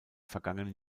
vergangenen